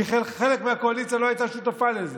כי חלק מהקואליציה לא הייתה שותפה לזה.